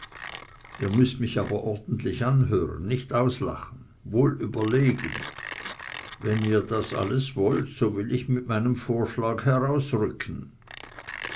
ihr müßt mich aber ordentlich anhören nicht auslachen wohl überlegen wenn ihr das alles wollt so will ich mit meinem vorschlag